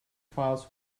files